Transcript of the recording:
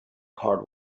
card